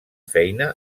feina